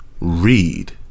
Read